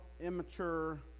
immature